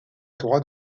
droit